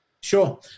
Sure